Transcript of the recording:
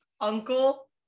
uncle